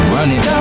Running